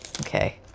Okay